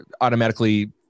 automatically